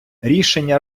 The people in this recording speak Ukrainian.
рішення